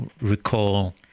recall